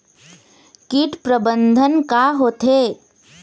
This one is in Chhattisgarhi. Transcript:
कीट प्रबंधन का होथे?